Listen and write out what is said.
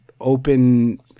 open